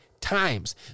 times